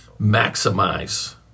maximize